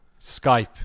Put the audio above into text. Skype